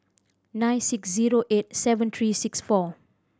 nine six zero eight seven three six four